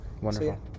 Wonderful